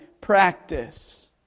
practice